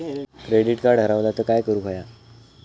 Credit card हरवला तर काय करुक होया?